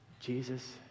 Jesus